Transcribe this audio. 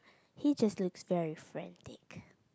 he just looks very frantic